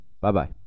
Bye-bye